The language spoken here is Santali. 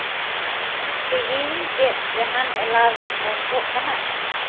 ᱛᱮᱦᱮᱧ ᱪᱮᱫ ᱡᱟᱦᱟᱱ ᱮᱞᱟᱨᱢ ᱵᱚᱱᱫᱚᱜ ᱠᱟᱱᱟ